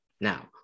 Now